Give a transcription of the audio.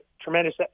tremendous